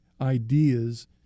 ideas